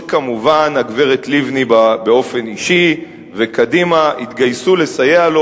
שכמובן הגברת לבני באופן אישי וקדימה התגייסו לסייע לו,